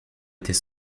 était